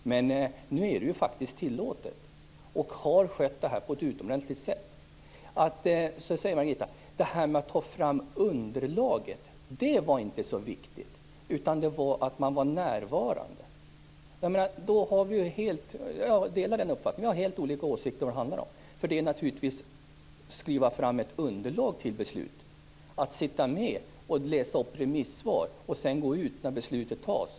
Men nu är det ju faktiskt tillåtet, och detta har skötts på ett utomordentligt sätt. Sedan säger Margitta Edgren att detta med att ta fram underlaget inte var så viktigt. Det viktiga var att man var närvarande. Då har vi helt olika åsikter om vad det handlar om. Det handlar om att skriva fram ett underlag till ett beslut och att sitta med och läsa upp remissvar och sedan gå ut när beslutet fattas.